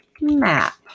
map